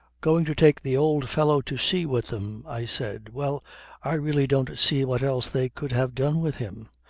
going to take the old fellow to sea with them, i said. well i really don't see what else they could have done with him.